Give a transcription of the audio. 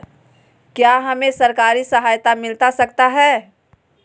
क्या हमे सरकारी सहायता मिलता सकता है?